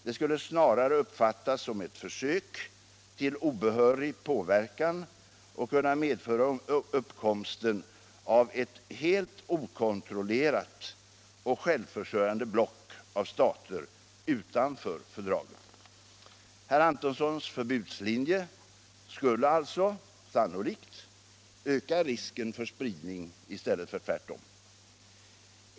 Det skulle snarare uppfattas som ett försök till obehörig påverkan och kunna medföra uppkomsten av ett helt okontrollerat och självförsörjande block av stater utanför fördraget. Herr Antonssons förbudslinje skulle alltså sannolikt öka risken för spridning i stället för tvärtom.